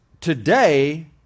today